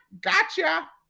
gotcha